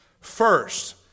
First